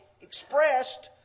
expressed